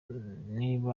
nib